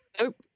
Nope